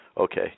okay